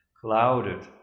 clouded